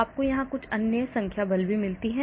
आपको यहां कुछ अन्य संख्या बल में मिलती है